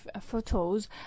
photos